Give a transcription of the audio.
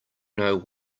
know